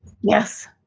Yes